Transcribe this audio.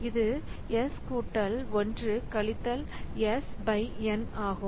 இது S கூட்டல் 1 கழித்தல் S பை N ஆகும்